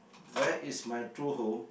where is my two home